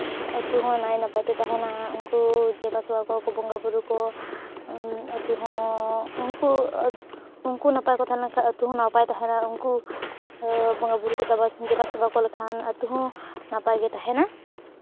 ᱟᱛᱳ ᱦᱚᱸ ᱱᱟᱭ ᱱᱟᱯᱟᱭᱛᱮ ᱛᱟᱦᱮᱱᱟ ᱩᱱᱠᱩ ᱫᱮᱵᱟᱥᱮᱵᱟ ᱠᱚᱣᱟ ᱠᱚ ᱵᱚᱸᱜᱟᱼᱵᱳᱨᱳ ᱠᱚ ᱟᱛᱳ ᱦᱚᱸ ᱩᱱᱠᱩ ᱩᱱᱠᱩ ᱱᱟᱯᱟᱭ ᱠᱚ ᱛᱟᱦᱮᱸ ᱞᱮᱱᱠᱷᱟᱡ ᱟᱛᱳ ᱦᱚᱸ ᱱᱟᱯᱟᱭ ᱛᱟᱦᱮᱱᱟ ᱩᱱᱠᱩ ᱵᱚᱸᱜᱟᱼᱵᱳᱨᱳ ᱠᱚ ᱫᱮᱵᱟᱥᱮᱵᱟ ᱠᱚ ᱞᱮᱠᱷᱟᱱ ᱟᱛᱳ ᱦᱚᱸ ᱱᱟᱯᱟᱭ ᱜᱮ ᱛᱟᱦᱮᱱᱟ